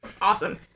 awesome